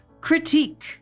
critique